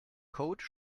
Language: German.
code